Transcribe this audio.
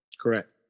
Correct